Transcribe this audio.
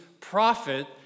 prophet